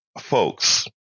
Folks